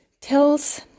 tells